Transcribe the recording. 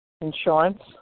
insurance